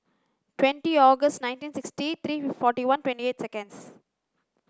twenty August nineteen sixty three forty one twenty eight seconds